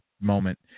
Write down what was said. moment